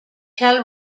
tell